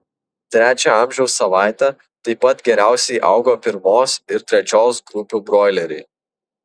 trečią amžiaus savaitę taip pat geriausiai augo pirmos ir trečios grupių broileriai